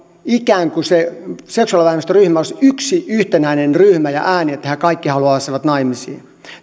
ikään kuin se seksuaalivähemmistöryhmä olisi yksi yhtenäinen ryhmä ja ääni että he kaikki haluaisivat naimisiin